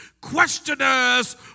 questioners